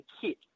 kit